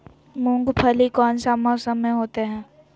मूंगफली कौन सा मौसम में होते हैं?